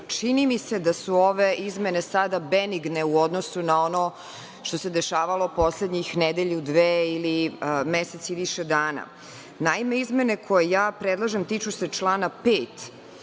čini mi se da su ove izmene sada benigne u odnosu na ono što se dešavalo poslednjih nedelju, dve ili mesec i više dana. Naime, izmene koje ja predlažem tiču se člana 5.